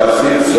אתה מסכים,